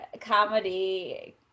comedy